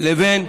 לבין